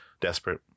Desperate